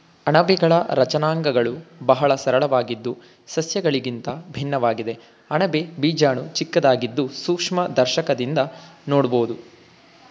ಅಣಬೆಗಳ ರಚನಾಂಗಗಳು ಬಹಳ ಸರಳವಾಗಿದ್ದು ಸಸ್ಯಗಳಿಗಿಂತ ಭಿನ್ನವಾಗಿದೆ ಅಣಬೆ ಬೀಜಾಣು ಚಿಕ್ಕದಾಗಿದ್ದು ಸೂಕ್ಷ್ಮದರ್ಶಕದಿಂದ ನೋಡ್ಬೋದು